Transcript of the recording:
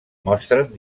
mostren